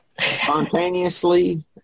Spontaneously